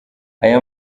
aya